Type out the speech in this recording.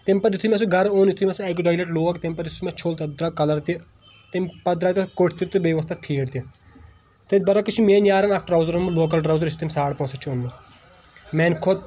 تمہِ پتہٕ یِتھُے مےٚ سُہ گرٕ اوٚن یِتُھے مےٚ سُہ اکہِ دۄیہِ لٹہِ لوگ تمہِ پتہٕ یُس مےٚ چھول تتھ درٛاو کلر تہِ تمہِ پتہٕ درٛایہِ تتھ کوٹھۍ تہِ بیٚیہِ ووٚتھ تتھ پھیٖڑ تہِ تٔتھۍ برعکس چھِ میٲنۍ یارن اکھ ٹراوزر اوٚنمُت لوکل ٹراوزر یُس تٔمۍ ساڑ پانٛژھ ہتھ چھُ اوٚنمُت میانہِ کھۄتہٕ